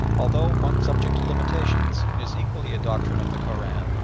although one subject to limitations, it is equally a doctrine of the koran,